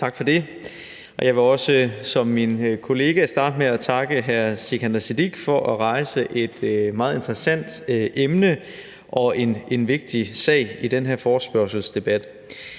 Tak for det. Jeg vil også som min kollega starte med at takke hr. Sikandar Siddique for at rejse et meget interessant emne og en vigtig sag i den her forespørgselsdebat.